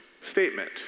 statement